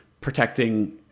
protecting